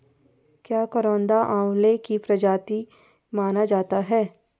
क्या करौंदा आंवले की प्रजाति माना जाता है?